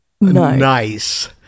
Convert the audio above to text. nice